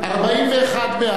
41 בעד,